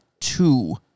two